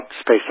space